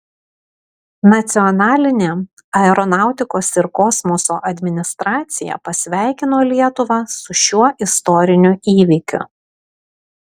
nacionalinė aeronautikos ir kosmoso administracija pasveikino lietuvą su šiuo istoriniu įvykiu